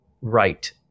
right